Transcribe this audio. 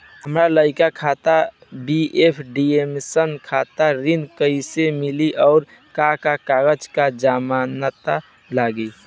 हमार लइका खातिर बी.ए एडमिशन खातिर ऋण कइसे मिली और का का कागज आ जमानत लागी?